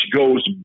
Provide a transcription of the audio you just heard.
goes